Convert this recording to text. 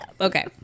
okay